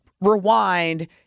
rewind